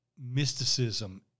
mysticism